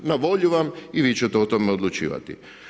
Na volju vam i vi ćete o tome odlučivati.